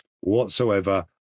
whatsoever